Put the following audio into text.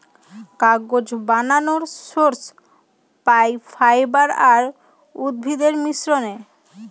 কাগজ বানানর সোর্স পাই ফাইবার আর উদ্ভিদের মিশ্রনে